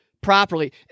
properly